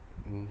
mm